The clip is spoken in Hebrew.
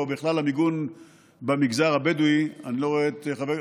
או בכלל המיגון במגזר הבדואי אני לא רואה את חבר הכנסת,